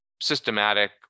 systematic